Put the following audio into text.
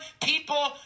people